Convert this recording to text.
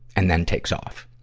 and then takes off.